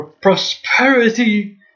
prosperity